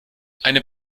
eine